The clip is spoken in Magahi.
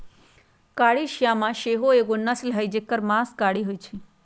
कारी श्यामा सेहो एगो नस्ल हई जेकर मास कारी होइ छइ